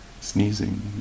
sneezing